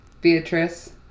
Beatrice